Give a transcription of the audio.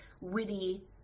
witty